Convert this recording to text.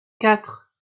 quatre